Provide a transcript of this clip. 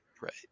Right